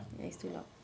it's too loud